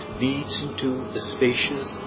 leads into a spacious,